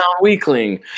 weakling